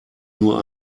nur